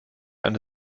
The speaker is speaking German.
eine